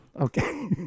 Okay